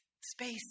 space